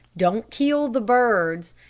don't kill the birds.